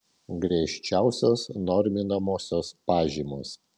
griežčiausios norminamosios pažymos